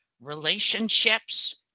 relationships